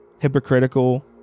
hypocritical